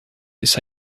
this